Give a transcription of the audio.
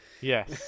Yes